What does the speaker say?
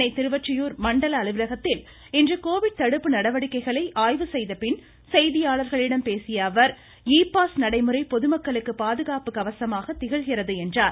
சென்னை திருவொற்றியூர் மண்டல அலுவலகத்தில் இன்று கோவிட் தடுப்பு நடவடிக்கைகளை ஆய்வு செய்த பின் செய்தியாளர்களிடம் பேசிய அவர் இ நடைமுறை பொதுமக்களுக்கு பாதுகாப்பு கவசமாக திகழ்கிறது என்றார்